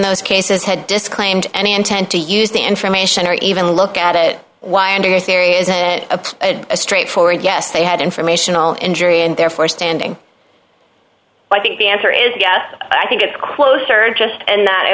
those cases had disclaimed any intent to use the information or even look at it why under your theory is a straightforward yes they had informational injury and therefore standing i think the answer is yes i think it's closer just and that i